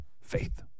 Faith